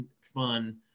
fun